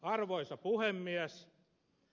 arvoisa puhemies